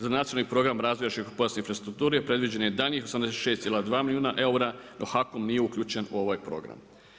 Za nacionalni program razvoja širokopojasne infrastrukture predviđeno je daljnjih 86,2 milijuna eura dok HAKOM nije uključen u ovaj program.